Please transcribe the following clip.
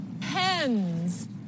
pens